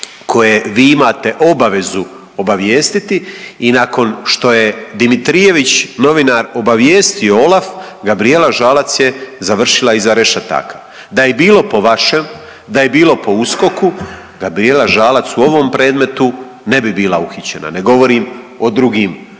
koje vi imate obavezu obavijestiti i nakon što je Dimitrijević novinar obavijestio OLAF Gabriela Žalac je završila iza rešetaka. Da je bilo po vašem, da je bilo po USKOK-u Gabriela Žalac u ovom predmetu ne bi bila uhićena. Ne govorim o drugim predmetima.